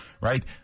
right